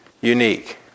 unique